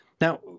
Now